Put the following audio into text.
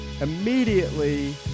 immediately